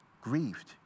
grieved